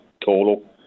total